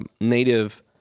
native